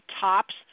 tops